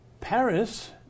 Paris